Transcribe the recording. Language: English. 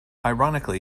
ironically